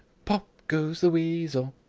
pop goes the weasel.